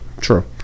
true